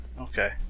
Okay